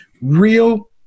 real